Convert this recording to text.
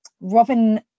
Robin